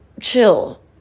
chill